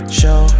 show